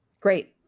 Great